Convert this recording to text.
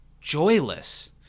joyless